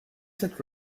set